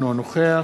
אינו נוכח